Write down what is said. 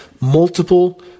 multiple